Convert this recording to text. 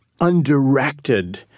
undirected